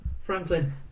franklin